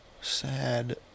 sad